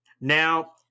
now